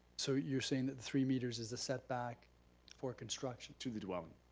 so you're saying that three meters is the setback for construction. to the dwelling.